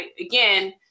again